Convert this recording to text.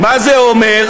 מה זה אומר?